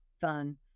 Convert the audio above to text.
fun